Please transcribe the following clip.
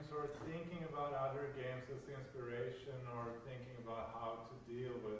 thinking about other games as the inspiration or thinking about how to deal